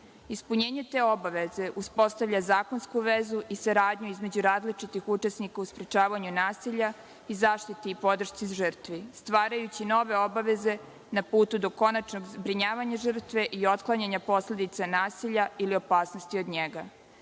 Ispunjenje te obaveze uspostavlja zakonsku vezu i saradnju između različitih učesnika u sprečavanju nasilja i zaštiti i podršci žrtvi, stvarajući nove obaveze na putu do konačnog zbrinjavanja žrtve i otklanjanja posledica nasilja ili opasnosti od njega.